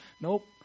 Nope